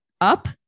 up